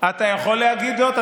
אתה יכול להגיד זאת,